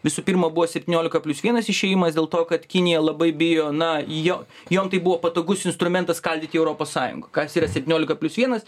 visų pirma buvo septyniolika plius vienas išėjimas dėl to kad kinija labai bijo na jo jom tai buvo patogus instrumentas skaldyti europos sąjungą kas yra septyniolika plius vienas